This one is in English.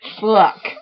Fuck